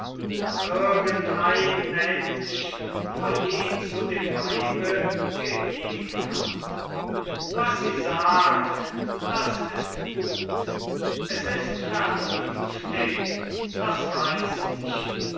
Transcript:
das irgendein mensch nur je zu dem weibe gehegt hat was sie sagt das ist gut es ist vernünftig das weiß ich